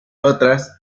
otras